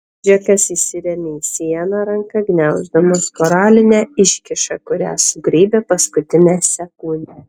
džekas įsirėmė į sieną ranka gniauždamas koralinę iškyšą kurią sugraibė paskutinę sekundę